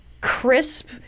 crisp